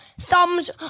thumbs